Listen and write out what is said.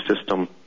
system